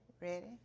Ready